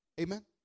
amen